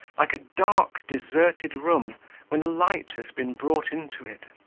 like a dark, deserted room when a light has been brought into it.